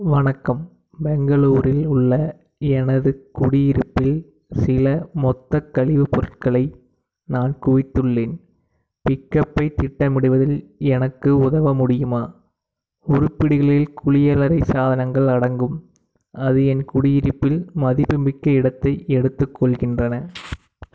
வணக்கம் பெங்களூரில் உள்ள எனது குடியிருப்பில் சில மொத்த கழிவுப் பொருட்களை நான் குவித்துள்ளேன் பிக்அப்பைத் திட்டமிடுவதில் எனக்கு உதவ முடியுமா உருப்படிகளில் குளியலறை சாதனங்கள் அடங்கும் அது என் குடியிருப்பில் மதிப்புமிக்க இடத்தை எடுத்துக்கொள்கின்றன